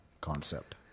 concept